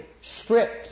Stripped